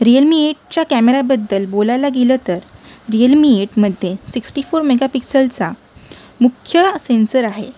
Realme एटच्या कॅमेऱ्याबद्दल बोलायला गेलं तर रियलमी एटमध्ये सिक्स्टी फोर मेगा पिक्सेलचा मुख्य सेन्सर आहे